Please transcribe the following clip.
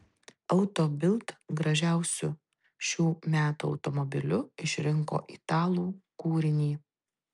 auto bild gražiausiu šių metų automobiliu išrinko italų kūrinį